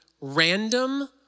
random